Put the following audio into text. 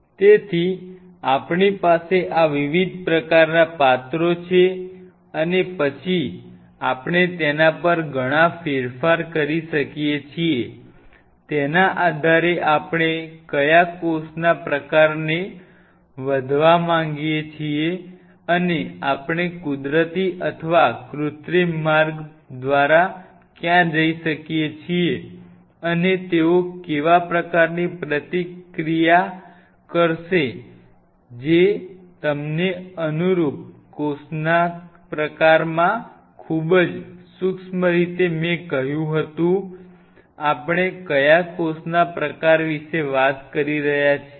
તેથી આપણી પાસે આ વિવિધ પ્રકારના પાત્રો છે અને પછી આપણે તેના પર ઘણા ફેરફાર કરી શકીએ છીએ તેના આધારે આપણે કયા કોષના પ્રકારને વધવા માગીએ છીએ અને આપણે કુદરતી અથવા કૃત્રિમ માર્ગ દ્વારા ક્યાં જઈ શકીએ છીએ અને તેઓ કેવા પ્રકારની ક્રિયાપ્રતિક્રિયા કરશે જે તમને અનુરૂપ કોષના પ્રકારમાં ખૂબ જ સૂક્ષ્મ રીતે મેં કહ્યું હતું આપણે કયા કોષના પ્રકાર વિશે વાત કરી રહ્યા છીએ